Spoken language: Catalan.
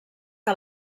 que